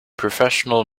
professional